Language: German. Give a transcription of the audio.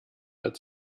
als